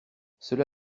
cela